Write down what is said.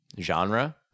genre